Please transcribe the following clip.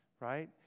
right